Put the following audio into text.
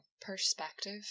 Perspective